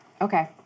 Okay